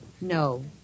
No